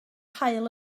haul